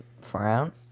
frown